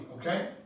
Okay